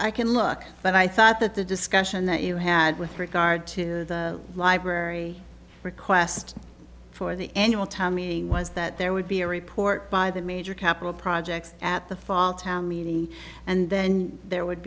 i can look but i thought that the discussion that you had with regard to library request for the annual tommy was that there would be a report by the major capital projects at the fall town meeting and then there would